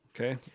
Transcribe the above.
Okay